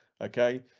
okay